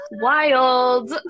Wild